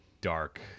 dark